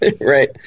right